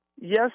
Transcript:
Yes